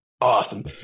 awesome